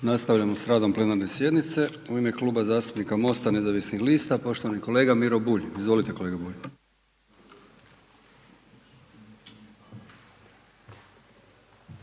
Nastavljamo s radom plenarne sjednice. U ime Kluba zastupnika MOST-a nezavisnih lista poštovani kolega Miro Bulj. Izvolite kolega Bulj.